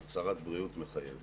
הצהרת בריאות מחייבת.